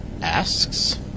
asks